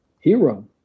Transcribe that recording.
Hero